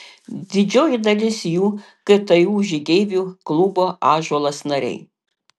didžioji dalis jų ktu žygeivių klubo ąžuolas nariai